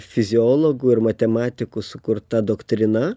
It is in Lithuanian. fiziologų ir matematikų sukurta doktrina